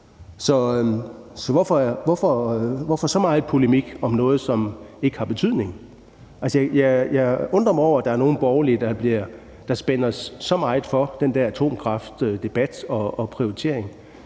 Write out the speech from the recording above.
Så hvorfor så meget polemik om noget, som ikke har betydning? Altså, jeg undrer mig over, at der er nogle borgerlige, der spænder så meget for den atomkraftdebat og foretager